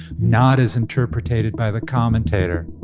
not as interpreted by the commentator.